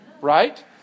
right